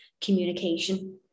communication